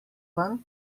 ven